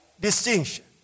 distinction